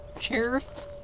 Sheriff